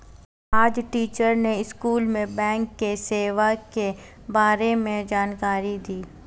आज टीचर ने स्कूल में बैंक की सेवा के बारे में जानकारी दी